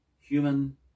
human